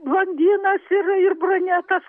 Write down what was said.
blondinas ir ir brunetas